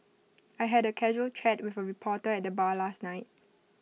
I had A casual chat with A reporter at the bar last night